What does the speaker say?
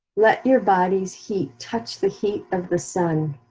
let your bodies heat, touch the heat of the sun,